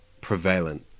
prevalent